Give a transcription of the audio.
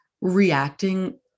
reacting